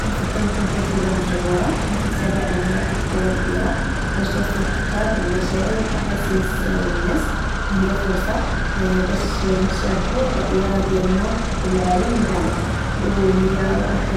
كنفضل نكون كاتب مشهورة، حيت الكتابة عندها واحد القوة الكبيرة باش توصل الأفكار والمشاعر و الأحاسيس للناس، وهي فرصة باش نشاركو الرؤيا ديالنا للعالم معاهم، وهي